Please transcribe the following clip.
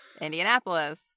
Indianapolis